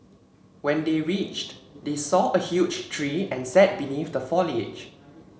when they reached they saw a huge tree and sat beneath the foliage